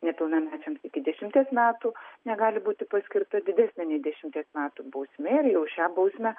nepilnamečiams iki dešimties metų negali būti paskirta didesnė nei dešimties metų bausmė ir jau šią bausmę